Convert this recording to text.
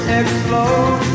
explode